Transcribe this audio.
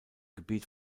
gebiet